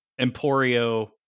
Emporio